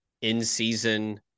in-season